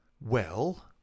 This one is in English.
Well